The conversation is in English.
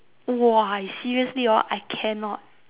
!wah! seriously hor I cannot